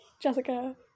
Jessica